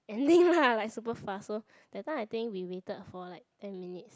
ending lah like super fast loh that time I think we waited for like ten minutes